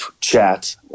chat